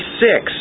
six